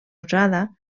usada